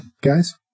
guys